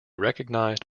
recognized